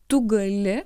tu gali